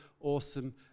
awesome